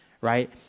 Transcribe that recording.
right